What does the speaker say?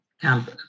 Camp